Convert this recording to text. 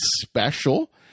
special